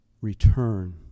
return